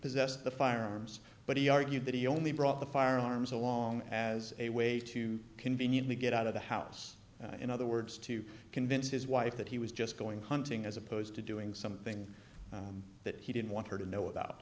possessed the firearms but he argued that he only brought the firearms along as a way to conveniently get out of the house in other words to convince his wife that he was just going hunting as opposed to doing something that he didn't want her to know about